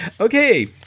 okay